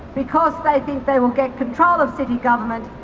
because they think they will get control of city government,